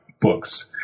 books